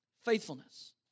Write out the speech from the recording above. Faithfulness